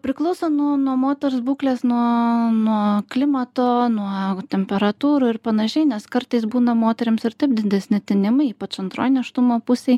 priklauso nuo nuo moters būklės nuo nuo klimato nuo temperatūrų ir panašiai nes kartais būna moterims ir taip didesni tinimai ypač antroj nėštumo pusėj